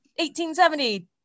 1870